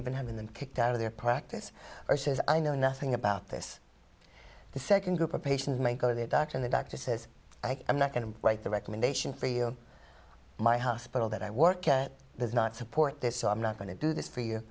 even having them kicked out of their practice or says i know nothing about this the second group of patients may go to their doctor the doctor says i'm not going to write the recommendation for you my hospital that i work does not support this so i'm not going to do this for you